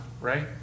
right